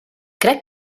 crec